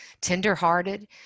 tenderhearted